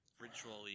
ritually